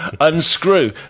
unscrew